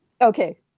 okay